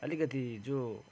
अलिकति जो